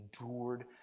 endured